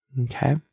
Okay